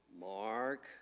Mark